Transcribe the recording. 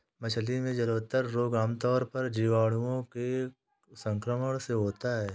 मछली में जलोदर रोग आमतौर पर जीवाणुओं के संक्रमण से होता है